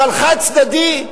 אבל חד-צדדי?